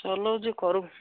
ଚଲଉଛି କରୁ